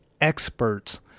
experts